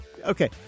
Okay